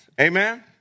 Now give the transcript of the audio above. Amen